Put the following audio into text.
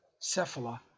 cephala